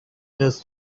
trust